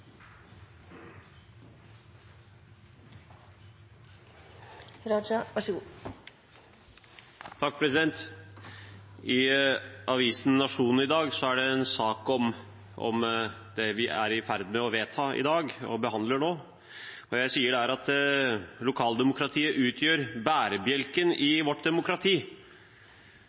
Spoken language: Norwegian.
I avisen Nationen er det i dag en sak om det vi er i ferd med å vedta i dag, og behandler nå. Lokaldemokratiet er bærebjelken i vårt demokrati, og